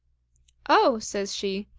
oh! says she,